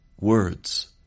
words